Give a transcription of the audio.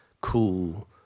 cool